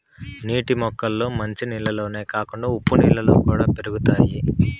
నీటి మొక్కలు మంచి నీళ్ళల్లోనే కాకుండా ఉప్పు నీళ్ళలో కూడా పెరుగుతాయి